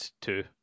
two